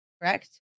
correct